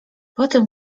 potem